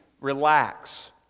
relax